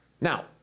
Now